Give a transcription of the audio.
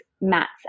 mats